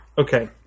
Okay